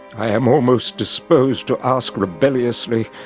i am almost disposed to ask rebelliously,